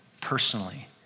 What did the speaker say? personally